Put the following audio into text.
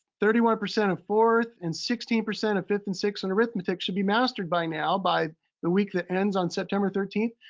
thirty one percent of fourth, and sixteen percent of fifth and sixth and arithmetic should be mastered by now by the week that ends on september thirteenth.